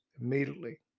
immediately